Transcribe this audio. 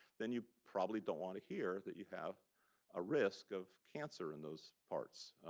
then you probably don't want to hear that you have a risk of cancer in those parts.